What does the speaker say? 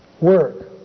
work